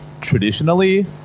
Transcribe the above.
traditionally